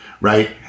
Right